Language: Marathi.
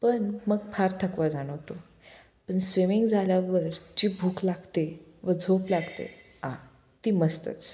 पण मग फार थकवा जाणवतो पण स्विमिंग झाल्यावर जी भूक लागते व झोप लागते आ ती मस्तच